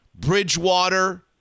Bridgewater